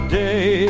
day